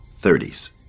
30s